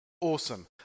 Awesome